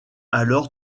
alors